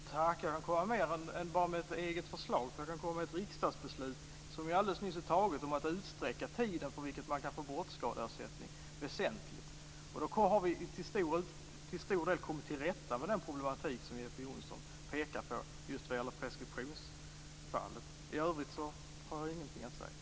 Fru talman! Jag kan göra mer än att lägga fram ett förslag. Det finns ett riksdagsbeslut som antogs alldeles nyss om att väsentligt utsträcka tiden det går att få brottsskadeersättning. Då har vi till stor del kommit till rätta med de problem Jeppe Johnsson pekar på i fråga om preskription. I övrigt har jag ingenting att säga.